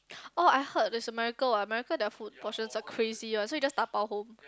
oh I heard there's America America their food portions are like crazy one so you just dabao home